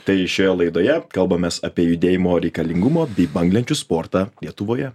tai šioje laidoje kalbamės apie judėjimo reikalingumo bei banglenčių sportą lietuvoje